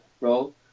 roll